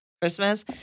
Christmas